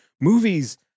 movies